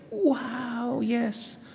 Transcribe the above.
wow, yes.